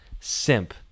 Simp